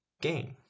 gain